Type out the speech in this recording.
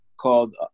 called